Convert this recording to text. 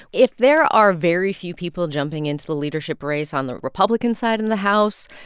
if there are very few people jumping into the leadership race on the republican side in the house,